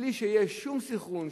בלי שיהיה שום סנכרון,